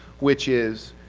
which is